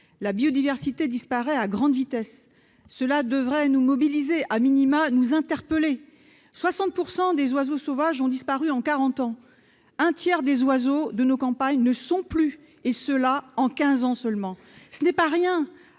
La biodiversité disparaît à grande vitesse. Cela devrait nous mobiliser, nous conduire à nous interroger. Quelque 60 % des oiseaux sauvages ont disparu en quarante ans. Un tiers des oiseaux de nos campagnes ne sont plus, et cela en quinze ans seulement. Ce n'est pas rien !